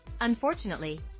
unfortunately